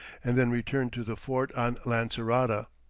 and then returned to the fort on lancerota.